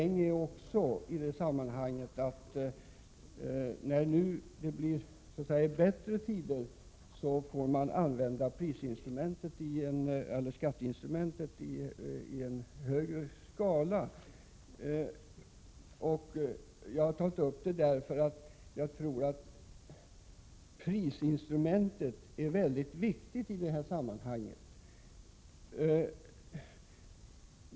När det nu blir bättre tider, måste skatteinstrumentet användas i större utsträckning. Jag tror nämligen att prisinstrumentet är mycket viktigt i sammanhanget.